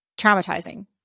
traumatizing